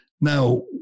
Now